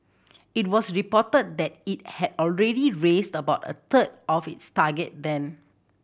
it was reported that it had already raised about a third of its target then